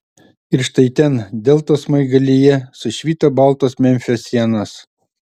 ir štai ten deltos smaigalyje sušvito baltos memfio sienos